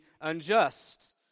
unjust